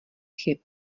chyb